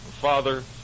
Father